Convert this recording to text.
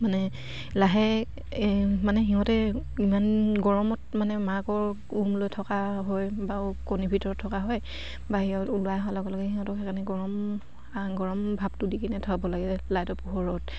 মানে লাহে মানে সিহঁতে ইমান গৰমত মানে মাকৰ উম লৈ থকা হয় বা কণী ভিতৰত থকা হয় বা সিহঁত ওলাই অহাৰ লগে লগে সিহঁতক সেইকাৰণে গৰম গৰম ভাপটো দি কিনে থব লাগে লাইটৰ পোহৰত